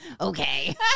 Okay